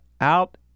out